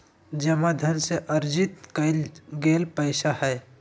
जमा धन से अर्जित कइल गेल पैसा हइ